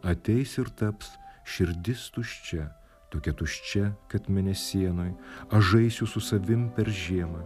ateis ir taps širdis tuščia tokia tuščia kad mėnesienoj aš žaisiu su savim per žiemą